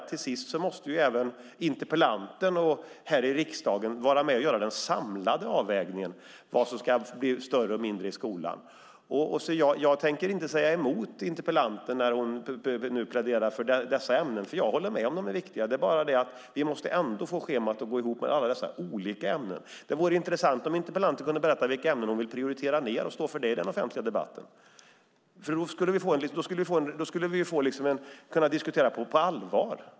Till slut måste interpellanten och riksdagen vara med och göra den samlade avvägningen när det gäller vad som ska få större eller mindre utrymme. Jag tänker inte säga emot interpellanten när hon pläderar för de här ämnena. Jag håller med om att de är viktiga, men vi måste få schemat att gå ihop med alla sina olika ämnen. Det vore intressant om interpellanten kunde berätta vilka ämnen hon vill prioritera ned, och stå för det i den offentliga debatten. Då skulle vi kunna diskutera på allvar.